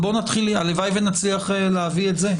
הלוואי ונצליח להביא את זה.